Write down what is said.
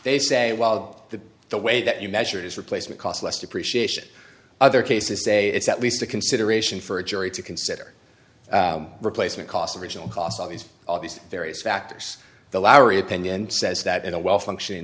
they say well the the way that you measure it is replacement cost less depreciation other cases say it's at least a consideration for a jury to consider replacement cost of original cost all these all these various factors the lowery opinion says that in a well functioning